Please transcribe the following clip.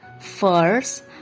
First